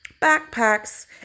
backpacks